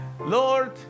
Lord